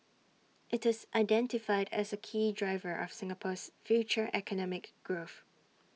IT is identified as A key driver of Singapore's future economic growth